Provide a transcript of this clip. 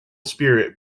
spirit